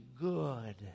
good